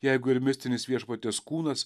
jeigu ir mistinis viešpaties kūnas